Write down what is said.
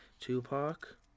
Tupac